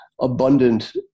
abundant